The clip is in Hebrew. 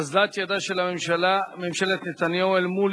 אוזלת ידה של ממשלת נתניהו אל מול